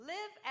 Live